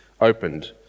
opened